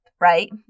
Right